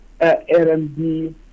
RMB